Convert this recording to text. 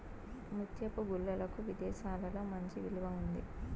ముత్యపు గుల్లలకు విదేశాలలో మంచి విలువ ఉంది